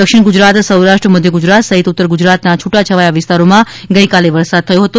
દક્ષિણ ગુજરાત સૌરાષ્ટ્ર મધ્ય ગુજરાત સહિત ઉત્તર ગુજરાતના છૂટા છવાયાં વિસ્તારોમાં ગઈકાલે વરસાદ થયો હતો